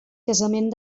casament